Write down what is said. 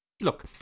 Look